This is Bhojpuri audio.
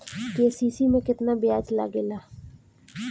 के.सी.सी में केतना ब्याज लगेला?